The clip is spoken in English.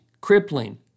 crippling